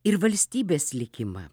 ir valstybės likimą